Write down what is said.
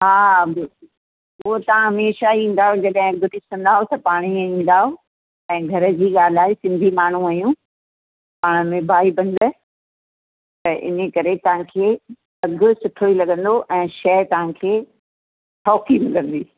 हा उहो तव्हां हमेशह ई ईंदव जॾहिं ॾिसंदव त पाणेई ईंदव ऐं घर जी ॻाल्हि आहे सिंधी माण्हू आहियूं पाण में भाईबंध त इनकरे तव्हांखे अघु सुठो ई लॻंदो ऐं शइ तव्हांखे सौखी मिलंदी